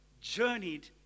journeyed